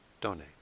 donate